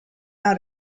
out